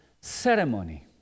Ceremony